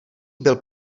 byl